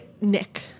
Nick